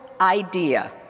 Idea